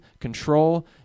control